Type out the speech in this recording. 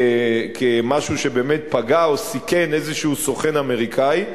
כמשהו שבאמת פגע או סיכן איזשהו סוכן אמריקני.